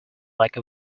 like